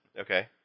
Okay